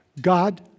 God